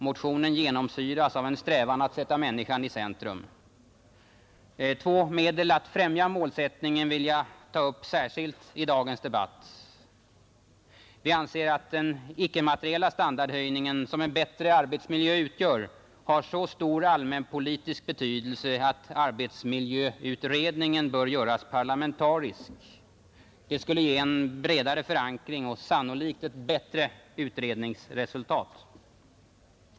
Motionen genomsyras av en strävan att sätta människan i centrum. Två medel att främja målsättningen vill jag särskilt ta upp i dagens debatt. Vi anser att den icke-materiella standardhöjning som en bättre arbetsmiljö utgör har så stor allmänpolitisk betydelse att arbetsmiljöutredningen bör göras parlamentarisk. Det skulle ge en bredare förankring och sannolikt ett bättre utredningsresultat.